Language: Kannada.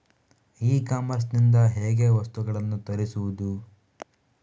ಇ ಕಾಮರ್ಸ್ ಇಂದ ಹೇಗೆ ವಸ್ತುಗಳನ್ನು ತರಿಸುವುದು?